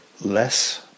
less